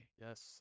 Yes